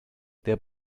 their